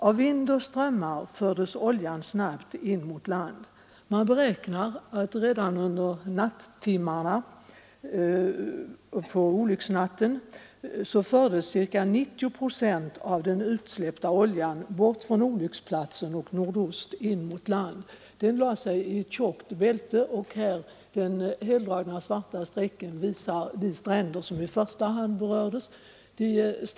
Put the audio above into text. Av vind och strömmar fördes oljan snabbt in mot land. Man beräknar att redan under nattimmarna på olycksnatten ca 90 procent av den utsläppta oljan fördes bort från olycksplatsen och in mot land. Den lade sig i ett tjockt bälte, och av den skiss jag visar på TV-skärmen framgår vilka stränder som i första hand berördes.